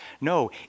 No